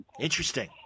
Interesting